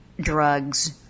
drugs